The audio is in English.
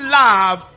love